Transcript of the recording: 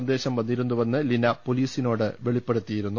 സന്ദേശം വന്നിരുന്നുവെന്ന് ലീന പോലീസിനോട് വെളിപ്പെടുത്തിയിരുന്നു